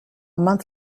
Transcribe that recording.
month